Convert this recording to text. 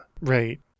Right